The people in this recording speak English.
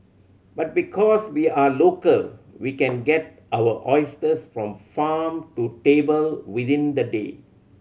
but because we are local we can get our oysters from farm to table within the day